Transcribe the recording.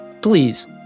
Please